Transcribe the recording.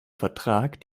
vertrag